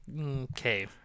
Okay